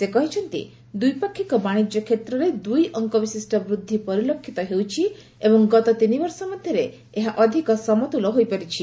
ସେ କହିଛନ୍ତି ଦ୍ୱିପାକ୍ଷିକ ବାଶିଜ୍ୟ କ୍ଷେତ୍ରରେ ଦୁଇ ଅଙ୍କବିଶିଷ୍ଟ ବୃଦ୍ଧି ପରିଲକ୍ଷିତ ହୋଇଛି ଏବଂ ଗତ ତିନି ବର୍ଷ ମଧ୍ୟରେ ଏହା ଅଧିକ ସମତୁଲ ହୋଇପାରିଛି